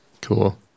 Cool